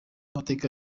amateka